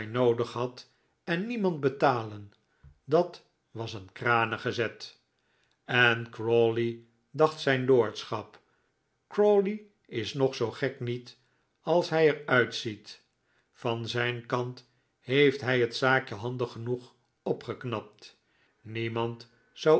noodig had en niemand betalen dat was een kranige zet en crawley dacht zijn lordschap crawley is nog zoo gek niet als hij er uitziet van zijn kant heeft hij het zaakje handig genoeg opgeknapt niemand zou